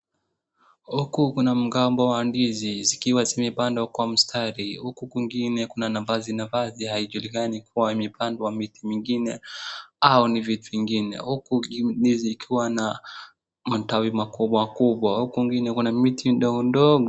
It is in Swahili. Huku kuna mgomba wa ndizi zikiwa zimepandwa kwa mstari huku kwingine kuna nafasi nafasi haijulikani kuwa imepandwa miti mingine au ni vitu ingine. Huku ndizi ikiwa na matawi makubwa kubwa huku kwingine kuna miti ndogo ndogo.